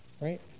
right